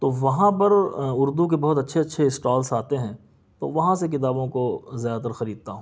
تو وہاں پر اردو کے بہت اچھے اچھے اسٹالس آتے ہیں تو وہاں سے کتابوں کو زیادہ تر خریدتا ہوں